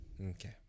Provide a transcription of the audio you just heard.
Okay